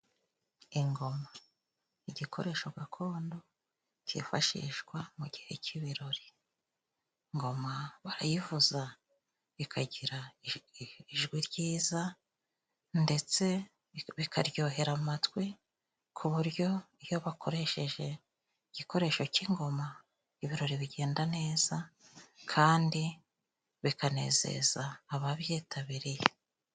Ingoma igikoresho gakondo， kifashishwa mu gihe cy'ibirori. Ingoma barayivuza ikagira ijwi ryiza ndetse bikaryohera amatwi， ku buryo iyo bakoresheje igikoresho cy'ingoma， ibirori bigenda neza kandi bikanezeza ababyitabiriye.